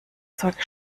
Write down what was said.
zeug